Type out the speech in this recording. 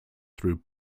through